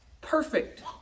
Perfect